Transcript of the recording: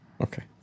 Okay